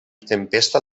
tempesta